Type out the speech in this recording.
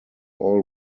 all